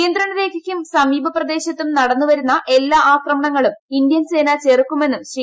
നിയന്ത്രണ രേഖയ്ക്കും സമീപ പ്രദേശത്തും നടന്നുവരുന്ന എല്ലാ ആക്രമണങ്ങളും ഇന്ത്യൻ സേന ചെറുക്കുമെന്നും ശ്രീ